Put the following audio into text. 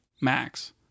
Max